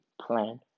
plan